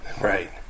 Right